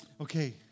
okay